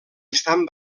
estan